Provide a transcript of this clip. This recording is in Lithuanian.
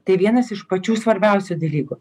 tai vienas iš pačių svarbiausių dalykų